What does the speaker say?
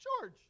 George